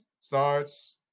starts